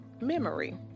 memory